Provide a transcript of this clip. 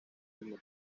mismo